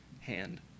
hand